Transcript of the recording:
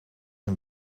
een